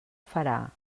farà